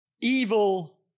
evil